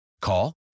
Call